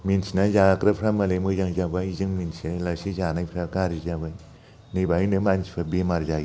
मिनथिनाय जाग्राफ्रा मालाय मोजां जों मिनथिलासे जानायफ्रा गाज्रि जाबाय नै बाहायनो मानसिफ्रा बेमार जायो